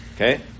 Okay